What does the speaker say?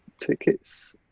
tickets